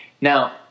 Now